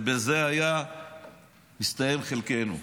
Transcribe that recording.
ובזה היה מסתיים חלקנו.